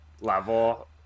level